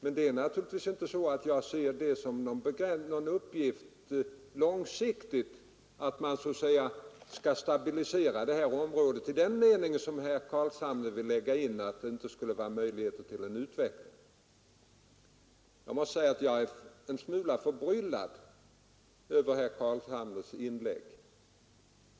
Men det är naturligtvis inte så att jag ser det som någon uppgift att långsiktigt åstadkomma en stabilisering i det här området i den mening som herr Carlshamre angav, att det inte skulle finnas möjligheter till en utveckling. Jag måste säga att jag är en smula förbryllad över herr Carlshamres inlägg.